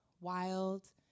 wild